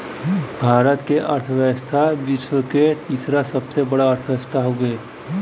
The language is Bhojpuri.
भारत क अर्थव्यवस्था विश्व क तीसरा सबसे बड़ा अर्थव्यवस्था हउवे